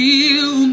Feel